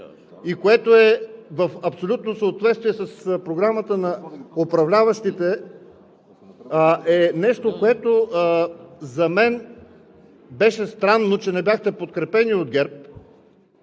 и което е в абсолютно съответствие с Програмата на управляващите, е нещо, което за мен беше странно, че не бяхте подкрепени от ГЕРБ,